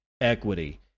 equity